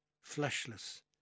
fleshless